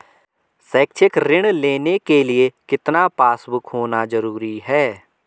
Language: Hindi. शैक्षिक ऋण लेने के लिए कितना पासबुक होना जरूरी है?